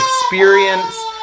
experience